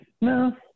No